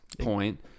point